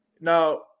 now